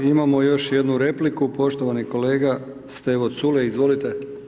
Imamo još jednu repliku, poštovani kolega Stevo Culej, izvolite.